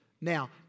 Now